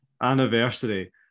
anniversary